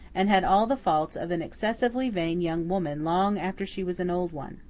and had all the faults of an excessively vain young woman long after she was an old one.